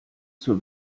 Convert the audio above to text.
zur